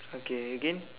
okay again